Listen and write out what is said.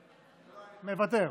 לא, אני מוותר.